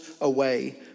away